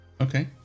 Okay